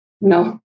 no